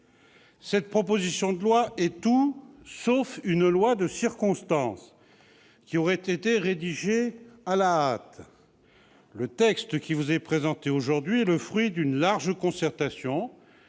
Cette proposition de loi est tout sauf un texte de circonstance, rédigé à la hâte. Le texte qui vous est présenté aujourd'hui est le fruit d'une large concertation